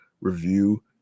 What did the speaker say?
review